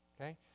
okay